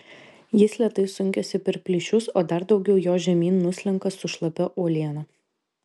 jis lėtai sunkiasi per plyšius o dar daugiau jo žemyn nuslenka su šlapia uoliena